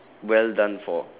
well done for